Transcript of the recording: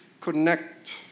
connect